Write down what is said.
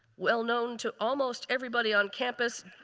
well-known to almost everybody on campus,